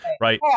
right